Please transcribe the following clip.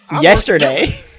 Yesterday